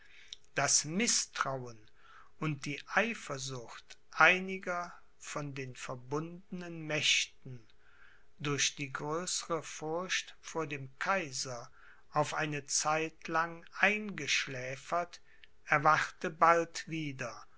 das mißtrauen und die eifersucht einiger von den verbundenen mächten durch die größere furcht vor dem kaiser auf eine zeit lang eingeschläfert erwachte bald wieder